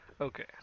Okay